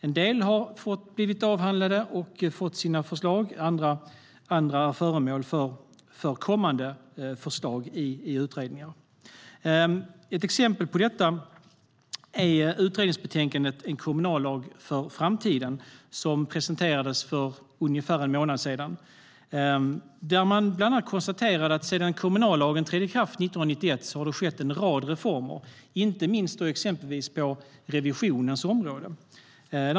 En del har blivit avhandlade och har blivit utredningsförslag, och andra är föremål för kommande förslag i utredningar. Ett exempel på detta är utredningsbetänkandet En kommunallag för framtiden , som presenterades för ungefär en månad sedan. I det betänkandet konstateras det att sedan kommunallagen trädde i kraft 1991 har det skett en rad reformer, inte minst på revisionens område.